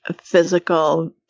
physical